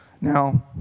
Now